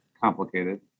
complicated